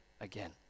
again